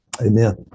Amen